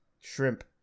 shrimp